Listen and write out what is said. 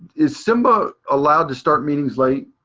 is simba allowed to start meetings late?